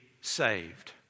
saved